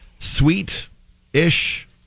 sweet-ish